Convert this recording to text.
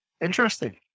interesting